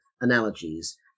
analogies